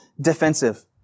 defensive